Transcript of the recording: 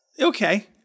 okay